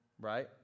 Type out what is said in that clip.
right